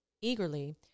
eagerly